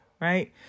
right